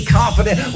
confident